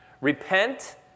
Repent